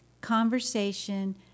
conversation